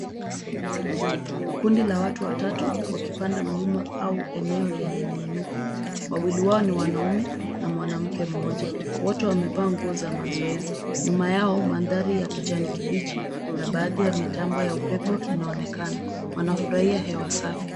Kundi la watu watatu wakipanda mlima au eneo lenye miinuko. Wawili wao ni mwanaume na mwanamke mmoja. Wote wamevaa nguo za mazoezi. Nyuma yao mandhari ya kijani kibichi na baadhi ya mitambo ya upepo inaonekana. Wanafurahia hewa safi.